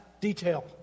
detail